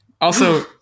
Also-